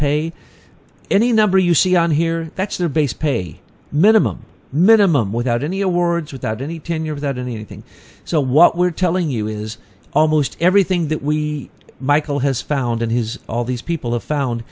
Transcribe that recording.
pay any number you see on here that's the base pay minimum minimum without any awards without any tenure that anything so what we're telling you is almost everything that we michael has found in his all these people have found